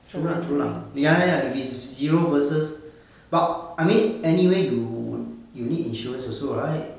true lah true lah ya ya ya if is zero versus but I mean anyway you you need insurance also right